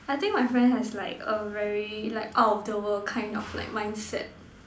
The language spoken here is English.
I think my friend has like a very like out of the world kind of like mindset